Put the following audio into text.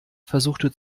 versuchte